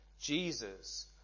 Jesus